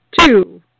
two